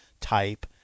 type